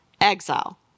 exile